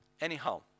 Anyhow